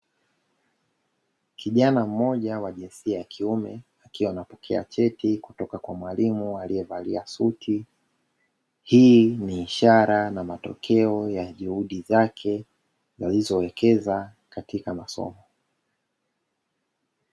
Kijana mmoja wa jinsia ya kiume akiwa anapokea cheti kutoka Kwa mwalimu aliyevalia suti, hii ni ishara na matokeo na juhudi zake alizowekeza katika masomo.